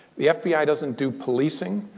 the fbi doesn't do policing,